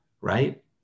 right